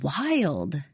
wild